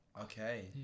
Okay